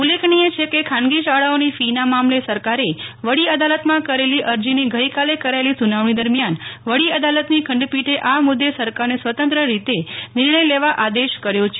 ઉલ્લેકનીય છે કે ખાનગી શાળાઓની ફી ના મામલે સરકારે વડી અદાલતમાં કરેલી અરજીની ગઇકાલે કરાયેલી સુનાવણી દરમિયાન વડી અદાલતની ખંડપીઠે આ મુદ્દે સરકારને સ્વતંત્ર રીતે નિર્ણય લેવા આદેશ કર્યો છે